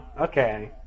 okay